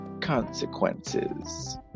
consequences